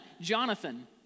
Jonathan